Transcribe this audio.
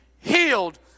healed